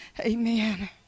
Amen